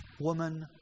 Woman